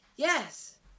Yes